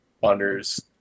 wanders